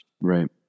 Right